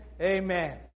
Amen